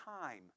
time